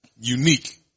unique